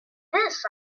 this